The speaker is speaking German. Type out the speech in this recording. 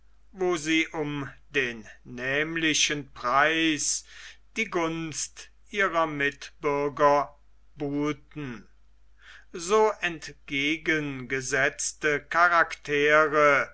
wo sie um den nämlichen preis die gunst ihrer mitbürger buhlten so entgegengesetzte charaktere